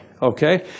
Okay